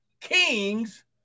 kings